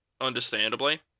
Understandably